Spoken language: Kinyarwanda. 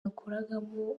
yakoragamo